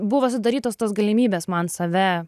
buvo sudarytos tos galimybės man save